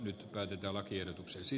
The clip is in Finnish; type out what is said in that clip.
nyt kaikista lakiehdotukseksi